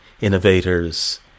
innovators